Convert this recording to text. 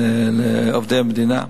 לעובדי המדינה?